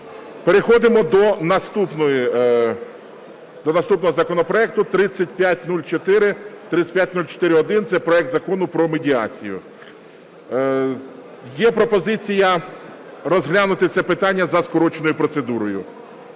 Переходимо до наступного законопроекту. 3504, 3504-1 – це проект Закону про медіацію. Є пропозиція розглянути це питання за скороченою процедурою.